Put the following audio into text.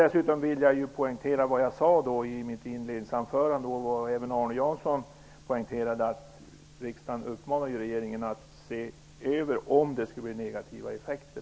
Dessutom vill jag poängtera vad jag sade i mitt inledningsanförande och vad även Arne Jansson betonade, att riksdagen uppmanar regeringen att se över om detta skulle få negativa effekter.